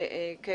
בוקר טוב לכולם.